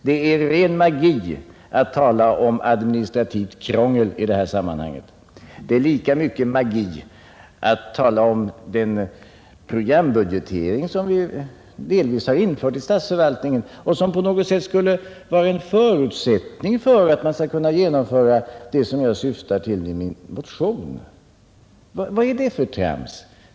Det är ren magi att tala om administrativt krångel i detta sammanhang. Det är lika mycket magi att tala om att den programbudgetering som vi delvis redan infört i statsförvaltningen skulle vara en förutsättning för att genomföra det jag föreslår i min motion. Vad är det för trams?